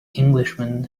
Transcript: englishman